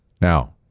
Now